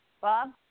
Bob